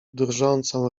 drżącą